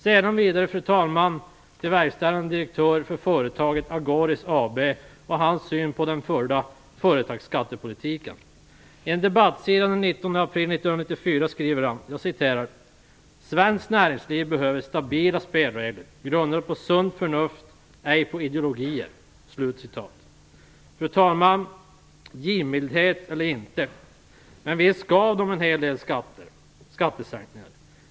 Jag går vidare, fru talman, till verkställande direktören för företaget Agoris AB och hans syn på den förda företagsskattepolitiken. På en debattsida från den 19 april 1994 skriver han att svenskt näringsliv behöver stabila spelregler grundade på sunt förnuft och ej på ideologier. Fru talman! Givmildhet eller inte, men visst gjorde de en hel del skattesänkningar.